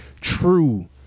True